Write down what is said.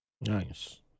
Nice